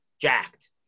jacked